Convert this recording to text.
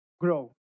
grow